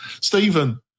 Stephen